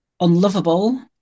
unlovable